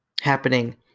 happening